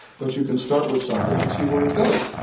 but you can start with something and see where it goes.